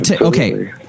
okay